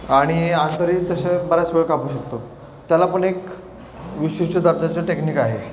आणि अंतरही तसं बऱ्याच वेळ कापू शकतो त्याला पण एक विशिष्ट दर्जाचे टेक्निक आहे